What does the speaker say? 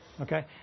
Okay